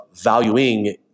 valuing